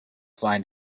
find